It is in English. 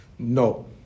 No